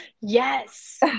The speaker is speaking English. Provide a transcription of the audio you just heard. Yes